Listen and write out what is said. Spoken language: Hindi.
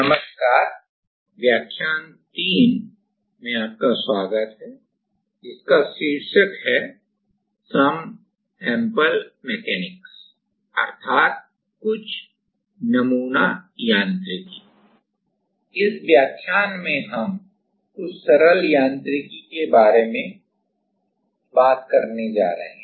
नमस्कार इस व्याख्यान में हम कुछ सरल यांत्रिकी के बारे में बात करने जा रहे हैं